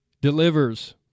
delivers